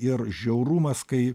ir žiaurumas kai